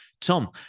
Tom